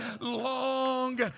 long